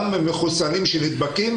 גם מחוסנים שנדבקים,